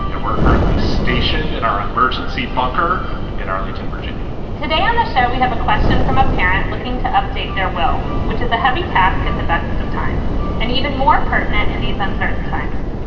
and we're currently stationed in our emergency bunker in arlington, virginia today on the show, we have a question from a parent looking to update their well, which is a heavy task at the best of times and even more pertinent in these uncertain times.